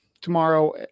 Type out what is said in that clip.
tomorrow